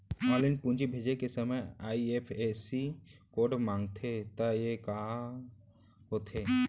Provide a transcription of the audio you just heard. Online पूंजी भेजे के समय आई.एफ.एस.सी कोड माँगथे त ये ह का होथे?